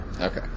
Okay